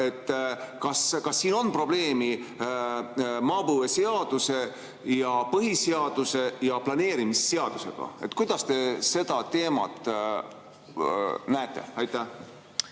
Kas siin on probleemi maapõueseaduse ja põhiseaduse ja planeerimisseadusega? Kuidas te seda teemat näete? Suur